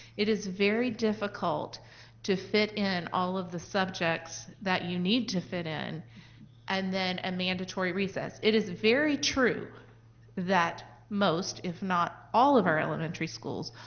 it is very difficult to fit in all of the subjects that you need to fit in and then a mandatory recess. it is very true that most, if not all of our elementary schools,